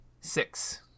Six